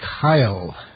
Kyle